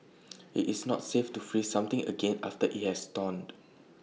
IT is not safe to freeze something again after IT has thawed